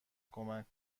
کمک